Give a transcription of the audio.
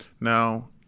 now